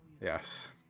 Yes